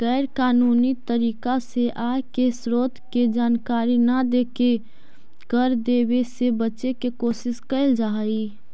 गैर कानूनी तरीका से आय के स्रोत के जानकारी न देके कर देवे से बचे के कोशिश कैल जा हई